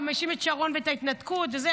הוא גם האשים את שרון ואת ההתנתקות וזה,